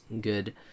good